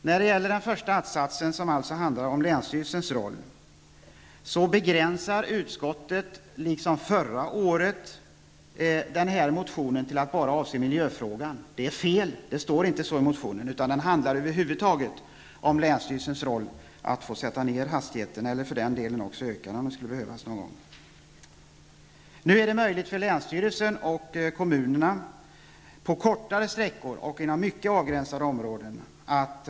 När det gäller den första att-satsen, som behandlar länsstyrelsens roll, begränsar utskottet, liksom förra året, motionen till att bara avse miljöfrågan. Det är fel. Det står inte så i motionen. Att-satsen handlar över huvud taget om länsstyrelsens roll att få sätta ner hastighetsgränserna, eller för den delen höja dem om det skulle behövas. Nu är det möjligt för länsstyrelsen och kommunerna att ha ett inflytande när det gäller kortare sträckor och inom mycket avgränsade områden.